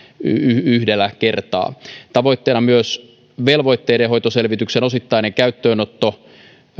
yhdellä kertaa tavoitteena on henkilötietoja koskien myös velvoitteidenhoitoselvityksen osittainen käyttöönotto